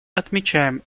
отмечаем